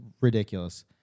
ridiculous